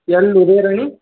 என் Udayarani